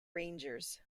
rangers